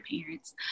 parents